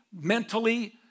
mentally